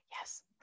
Yes